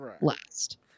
Last